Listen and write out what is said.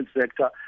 sector